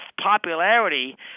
popularity